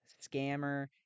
scammer